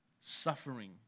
suffering